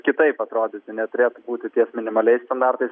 kitaip atrodyti neturėtų būti ties minimaliais standartais